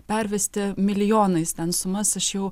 pervesti milijonais ten sumas aš jau